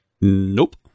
Nope